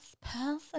person